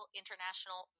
international